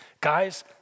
guys